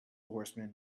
horseman